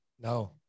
No